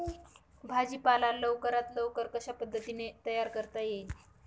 भाजी पाला लवकरात लवकर कशा पद्धतीने तयार करता येईल?